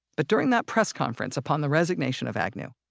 but during that press conference upon the resignation of agnew,